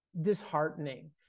disheartening